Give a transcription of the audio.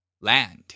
Land